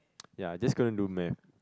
ya just couldn't do math